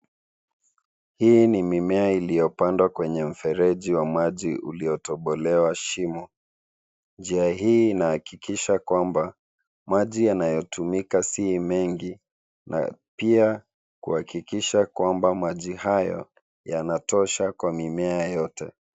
Hii ni mimea iliyopandwa kwenye mrefeji wa maji uliotobolewa shimo, njia hii inahakikisha kwamba, maji yanayotumika si mengi, na pia, kuwahakikisha kwamba, maji hayo, yanatosha kwa mimea yote.